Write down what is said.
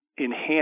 enhance